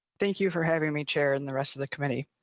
thank you for having me chair and the rest of the committee.